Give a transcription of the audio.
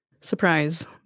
surprise